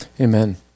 Amen